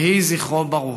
יהי זכרו ברוך.